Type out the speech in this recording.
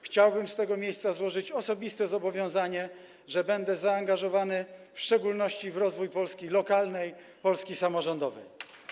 Chciałbym z tego miejsca złożyć osobiste zobowiązanie, że będę zaangażowany w szczególności w rozwój Polski lokalnej, Polski samorządowej.